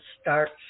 start